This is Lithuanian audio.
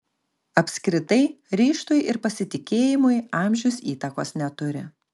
apskritai ryžtui ir pasitikėjimui amžius įtakos neturi